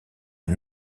une